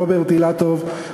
רוברט אילטוב,